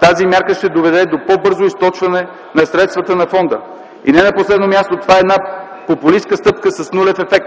тази мярка ще доведе до по-бързо източване на средствата на фонда. Не на последно място, това е една популистка стъпка с нулев ефект.